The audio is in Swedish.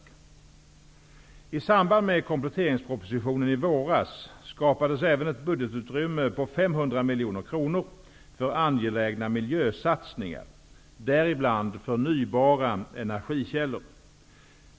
[A I samband med kompletteringspropositionen i våras skapades även ett budgetutrymme på 500 miljoner kronor för angelägna miljösatsningar, däribland förnybara energikällor.